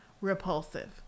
repulsive